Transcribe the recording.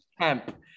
Camp